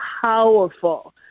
powerful